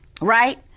right